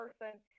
person